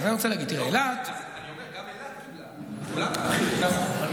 אני אומר שגם אילת קיבלה, לבחירות.